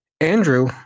Andrew